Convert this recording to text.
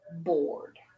bored